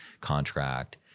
contract